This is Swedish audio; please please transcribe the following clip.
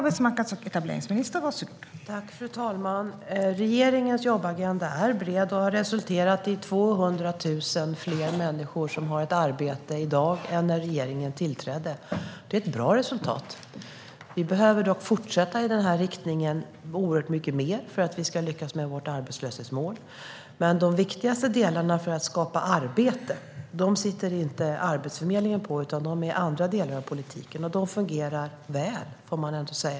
Fru talman! Regeringens jobbagenda är bred och har resulterat i att 200 000 fler människor har ett arbete i dag än när regeringen tillträdde. Det är ett bra resultat. Vi behöver dock fortsätta ännu mycket mer i samma riktning för att vi ska lyckas nå vårt arbetslöshetsmål. Men de viktigaste delarna för att skapa arbete sitter inte Arbetsförmedlingen på, utan de finns i andra delar av politiken, och de fungerar väl.